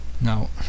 Now